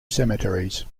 cemeteries